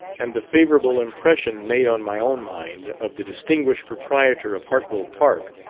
and the favourable impression made on my own mind, of the distinguished proprietor of hartwell park,